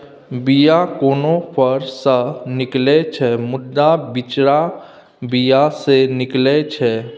बीया कोनो फर सँ निकलै छै मुदा बिचरा बीया सँ निकलै छै